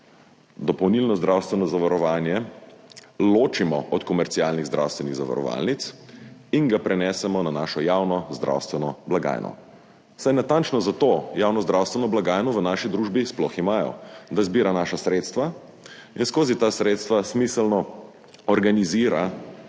dopolnilno zdravstveno zavarovanje ločimo od komercialnih zdravstvenih zavarovalnic in ga prenesemo na našo javno zdravstveno blagajno. Saj natančno zato javno zdravstveno blagajno v naši družbi sploh imajo, da zbira naša sredstva in skozi ta sredstva smiselno organizira